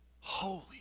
Holy